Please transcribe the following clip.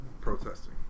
protesting